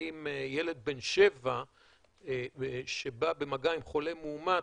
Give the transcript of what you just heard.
האם ילד בן שבע שבא במגע עם חולה מאומת,